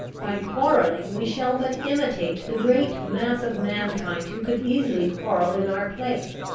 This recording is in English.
by quarrelling we shall but imitate the great mass of mankind, who could easily quarrel in our place.